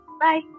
Bye